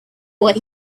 what